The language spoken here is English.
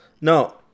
no